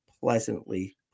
pleasantly